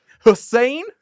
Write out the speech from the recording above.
Hussein